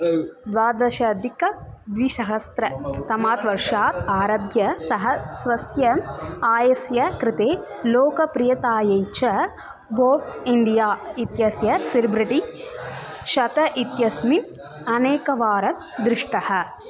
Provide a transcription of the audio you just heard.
द्वादशाधिकद्विशहस्रतमात् वर्षात् आरभ्य सः स्वस्य आयस्य कृते लोकप्रियतायै च फ़ोर्ब्स् इण्डिया इत्यस्य सेलिब्रिटि शतं इत्यस्मिन् अनेकवारं दृष्टः